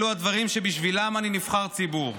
אלו הדברים שבשבילם אני נבחר ציבור,